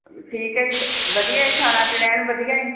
ਠੀਕ ਹੈ ਜੀ ਵ ਵਧੀਆ ਹੈ ਖਾਣਾ ਪੀਣਾ ਐਨ ਵਧੀਆ ਹੈ